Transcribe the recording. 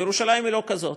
וירושלים היא לא כזאת.